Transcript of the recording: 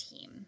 team